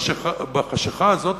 בחשכה הזאת,